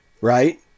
right